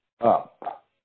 up